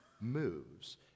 moves